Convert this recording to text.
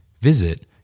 Visit